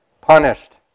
punished